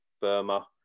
Burma